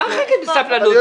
מה חיכית בסבלנות?